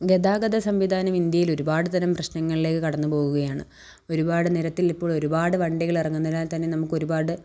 ഗതാഗത സംവിധാനം ഇന്ത്യയില് ഒരുപാട് തരം പ്രശ്നങ്ങളിലേക്ക് കടന്ന് പോകുകയാണ് ഒരുപാട് നിരത്തിൽ ഇപ്പോൾ ഒരുപാട് വണ്ടികൾ ഇറങ്ങുന്നതിനാൽ തന്നെ നമുക്കൊരുപാട്